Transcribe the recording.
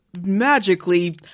magically